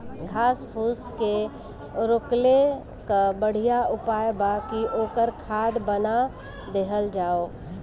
घास फूस के रोकले कअ बढ़िया उपाय बा कि ओकर खाद बना देहल जाओ